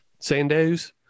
sandos